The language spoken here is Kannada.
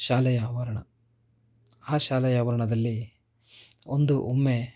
ಶಾಲೆಯ ಆವರಣ ಆ ಶಾಲೆಯ ಆವರಣದಲ್ಲಿ ಒಂದು ಒಮ್ಮೆ